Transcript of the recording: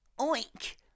Oink